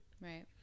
Right